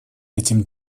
этим